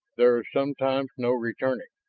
there is sometimes no returning